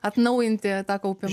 atnaujinti tą kaupimą